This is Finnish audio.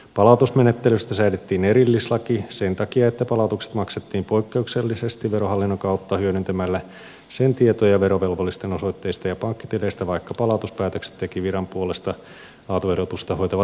palautusmenettelystä säädettiin erillislaki sen takia että palautukset maksettiin poikkeuksellisesti verohallinnon kautta hyödyntämällä sen tietoja verovelvollisten osoitteista ja pankkitileistä vaikka palautuspäätökset teki viran puolesta autoverotusta hoitava tulli